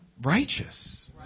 righteous